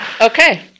Okay